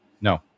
No